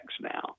now